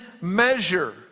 measure